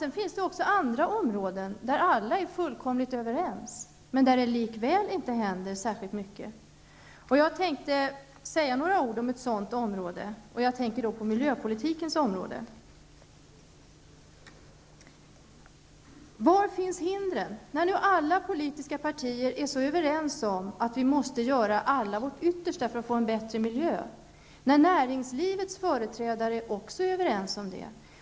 Det finns också andra områden där alla är fullkomligt överens, men där det likväl inte händer särskilt mycket. Jag avser att säga några ord om ett sådant område. Jag tänker då på miljöpolitikens område. Var finns hindren? Alla politiska partier är så överens om att vi alla måste göra vårt yttersta för att få en bättre miljö. Näringslivets företrädare är också överens om detta.